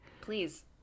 Please